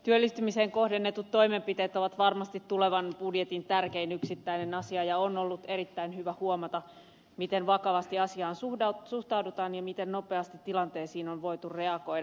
työllistymiseen kohdennetut toimenpiteet ovat varmasti tulevan budjetin tärkein yksittäinen asia ja on ollut erittäin hyvä huomata miten vakavasti asiaan suhtaudutaan ja miten nopeasti tilanteisiin on voitu reagoida